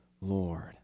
Lord